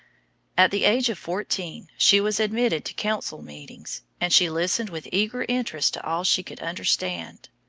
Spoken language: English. at the age of fourteen she was admitted to council meetings, and she listened with eager interest to all she could understand.